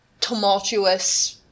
tumultuous